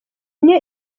niyo